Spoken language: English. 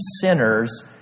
sinners